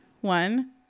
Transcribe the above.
One